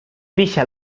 deixa